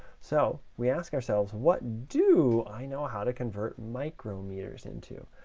so we ask ourselves, what do i know how to convert micrometers into?